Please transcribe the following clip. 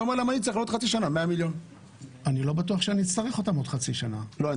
היית אומר למה אתה צריך עוד חצי שנה 100 מיליון.